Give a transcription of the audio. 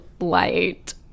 light